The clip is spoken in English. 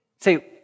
Say